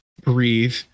breathe